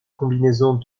combinaisons